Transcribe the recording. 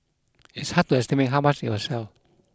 it's hard to estimate how much it will sell